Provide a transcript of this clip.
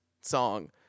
song